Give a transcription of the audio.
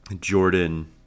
Jordan